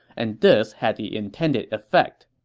and this had the intended effect